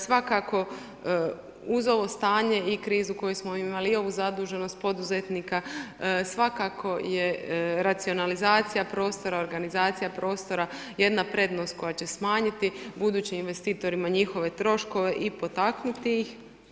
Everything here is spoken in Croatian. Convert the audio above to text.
Svakako uz ovo stanje i krizu koju smo imali i ovu zaduženost poduzetnika, svakako je racionalizacija prostora, organizacija prostora, jedna prednost koja će smanjiti budućim investitorima njihove troškove i potaknuti ih.